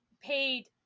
paid